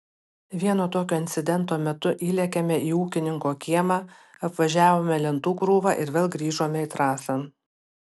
vieno tokio incidento metu įlėkėme į ūkininko kiemą apvažiavome lentų krūvą ir vėl grįžome į trasą